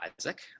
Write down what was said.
Isaac